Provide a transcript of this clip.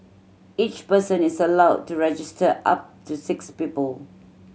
each person is allowed to register up to six people